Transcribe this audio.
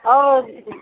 और